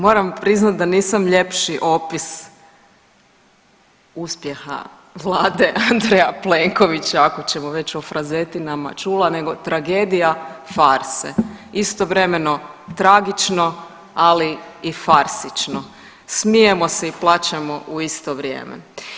Moram priznat da nisam ljepši opis uspjeha vlade Andreja Plenkovića ako ćemo već o frazetinama čula nego tragedija farse, istovremeno tragično, ali i farsično, smijemo se i plačemo u isto vrijeme.